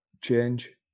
change